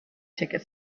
ticket